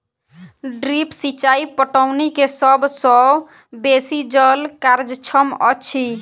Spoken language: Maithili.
ड्रिप सिचाई पटौनी के सभ सॅ बेसी जल कार्यक्षम अछि